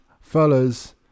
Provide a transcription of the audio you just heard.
fellas